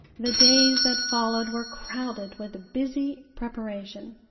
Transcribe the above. the days that followed were crowded with busy preparation.